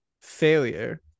failure